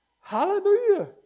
Hallelujah